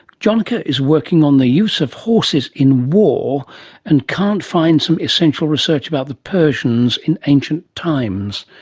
jonica is working on the use of horses in war and can't find some essential research about the persians in ancient times,